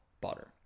butter